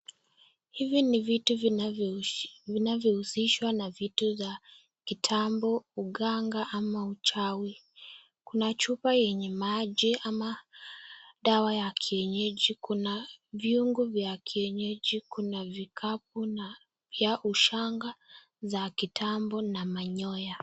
Hivi ni vitu vinavyohusishwa na vitu za kitambo, uganga ama uchawi. Kuna chupa yenye maji ama dawa ya kienyeji. Kuna viungo vya kienyeji, kuna vikapu na pia ushaga za kitambo na manyoya.